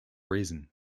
reason